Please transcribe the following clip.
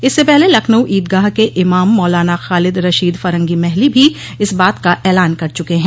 इससे पहले लखनऊ ईदगाह के इमाम मौलाना खालिद रशीद फरंगी महली भी इस बात का ऐलान कर चुके हैं